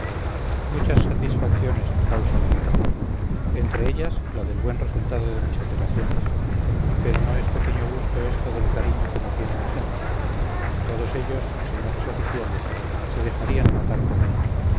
muchas satisfacciones me causa la guerra entre ellas la del buen resultado de mis operaciones pero no es pequeño gusto esto del cariño que me tiene mi gente todos ellos señores oficiales se dejarían matar por mí